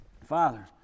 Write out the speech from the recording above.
Father